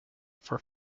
for